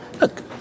Look